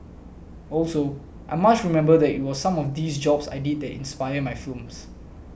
also I must remember that it was some of these jobs I did that inspired my films